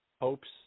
hopes